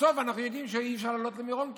בסוף אנחנו יודעים שאי-אפשר כמעט לעלות למירון השנה.